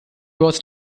was